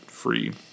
free